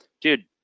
dude